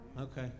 Okay